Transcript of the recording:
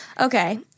Okay